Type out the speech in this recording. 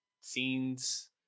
scenes